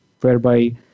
whereby